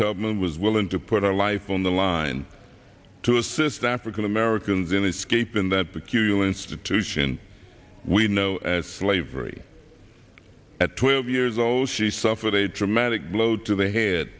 tubman was willing to put our life on the line to assist african americans in escape in their peculiar institution we know as slavery at twelve years old she suffered a dramatic blow to the head